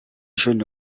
jeune